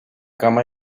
cama